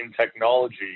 technology